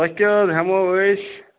تۄہہِ کیٛاہ حظ ہٮ۪مَو أسۍ